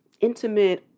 intimate